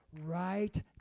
Right